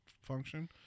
function